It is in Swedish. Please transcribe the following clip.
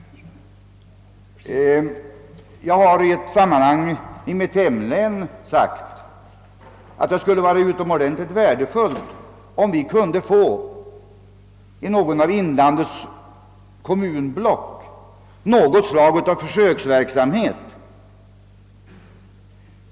Jag har i ett sammanhang i mitt hemlän sagt att det skulle vara utomordentligt värdefullt om vi i något av inlandets kommunblock kunde få något slag av försöksverksamhet.